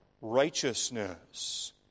righteousness